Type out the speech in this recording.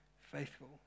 faithful